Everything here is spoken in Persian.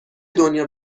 دنیا